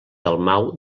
dalmau